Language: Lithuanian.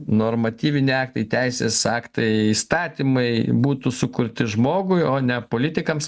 normatyviniai aktai teisės aktai įstatymai būtų sukurti žmogui o ne politikams